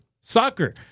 soccer